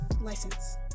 License